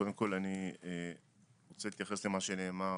קודם כל, אני רוצה להתייחס למה שנאמר,